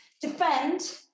defend